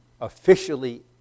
officially